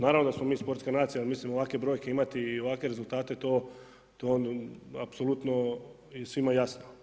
Naravno da smo mi sportska nacija jel mislim ovakve brojke imati i ovakve rezultate to apsolutno je svima jasno.